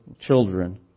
children